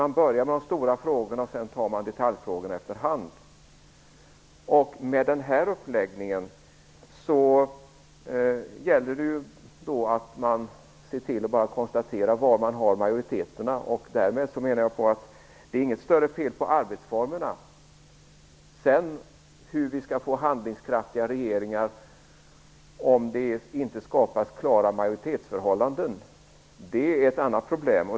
Man skall börja med de stora frågorna och sedan ta detaljfrågorna efter hand. Med den här uppläggningen gäller det att konstatera var man har majoriteten. Det är inget större fel på arbetsformerna. Hur vi skall få handlingskraftiga regeringar om det inte skapas klara majoritetsförhållanden är ett annat problem.